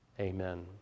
Amen